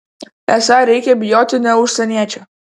esą reikia bijoti ne užsieniečių